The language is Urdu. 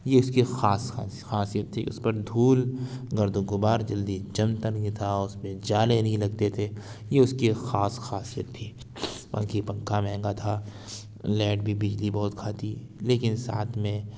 یہ اس کی ایک خاص خاصیت تھی اس پر دھول گرد و غبار جلدی جمتا نہیں تھا اور اس پہ جالے نہیں لگتے تھے یہ اس کی ایک خاص خاصیت تھی باقی پنکھا مہنگا تھا لائٹ بھی بجلی بہت کھاتی ہے لیکن ساتھ میں